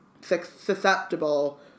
susceptible